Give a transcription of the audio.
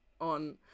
on